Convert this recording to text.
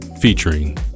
featuring